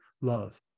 love